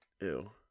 ew